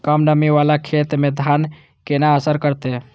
कम नमी वाला खेत में धान केना असर करते?